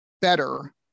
better